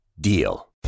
DEAL